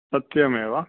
सत्यमेव